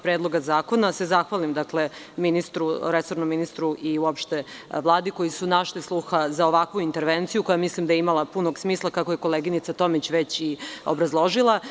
Predloga zakona, se zahvalim resornom ministru i uopšte Vladi, koji su našli sluha za ovakvu intervenciju, koja mislim da je imala punog smisla, kako je koleginica Tomić već i obrazložila.